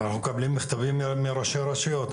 אנחנו מקבלים מכתבים מראשי הרשויות.